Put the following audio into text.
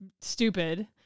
stupid